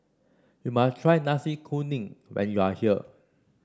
you must try Nasi Kuning when you are here